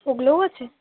ওগুলোও আছে